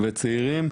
וצעירים,